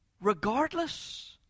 Regardless